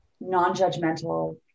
non-judgmental